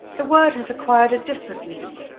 the word has acquired a different meaning.